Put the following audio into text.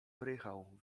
prychał